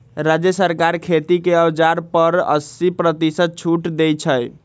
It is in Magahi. राज्य सरकार खेती के औजार पर अस्सी परतिशत छुट देई छई